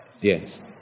Yes